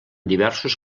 diversos